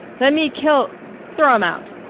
let me kill throw him out!